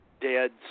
dead